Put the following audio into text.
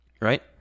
Right